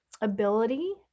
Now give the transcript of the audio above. ability